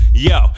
Yo